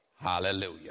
Hallelujah